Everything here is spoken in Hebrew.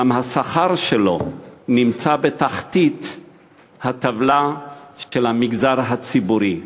גם השכר שלו בתחתית הטבלה של המגזר הציבורי,